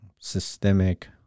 systemic